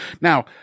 now